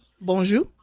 bonjour